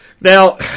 Now